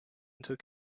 took